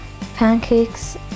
pancakes